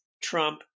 Trump